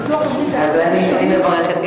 אז אני מברכת.